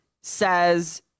says